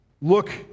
look